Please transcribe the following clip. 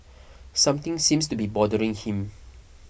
something seems to be bothering him